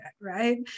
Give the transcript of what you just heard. right